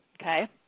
okay